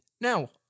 Now